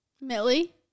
Millie